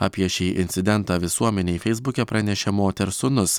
apie šį incidentą visuomenei feisbuke pranešė moters sūnus